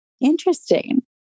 Interesting